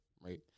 right